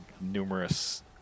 numerous